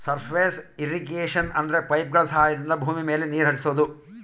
surface irrigation ಅಂದ್ರೆ ಪೈಪ್ಗಳ ಸಹಾಯದಿಂದ ಭೂಮಿ ಮೇಲೆ ನೀರ್ ಹರಿಸೋದು